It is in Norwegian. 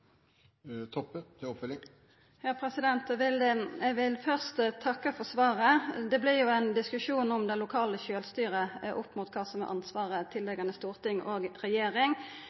Eg vil først takka for svaret. Det vert ein diskusjon om det lokale sjølvstyret opp mot kva for ansvar som ligg til Stortinget og